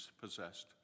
possessed